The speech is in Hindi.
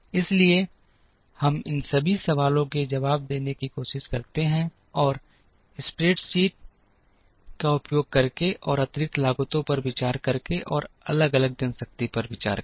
इसलिए हम इन सभी सवालों के जवाब देने की कोशिश करते हैं एक और स्प्रेडशीट का उपयोग करके और अतिरिक्त लागतों पर विचार करके और अलग अलग जनशक्ति पर विचार करके